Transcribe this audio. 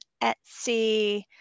Etsy